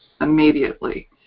immediately